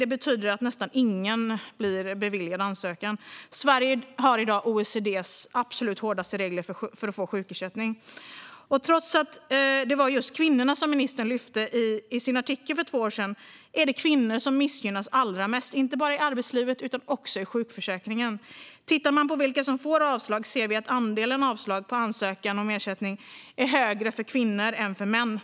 Det betyder att nästan ingen får sin ansökan beviljad. Sverige har i dag OECD:s absolut hårdaste regler för att få sjukersättning. Och trots att det var just kvinnorna som ministern lyfte i sin artikel för två år sedan är det kvinnor som missgynnas allra mest, inte bara i arbetslivet utan även i sjukförsäkringen. Tittar man på vilka som får avslag ser man till exempel att andelen avslag på ansökan om ersättning är högre för kvinnor än för män.